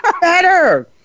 better